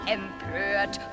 empört